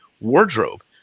wardrobe